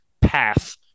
path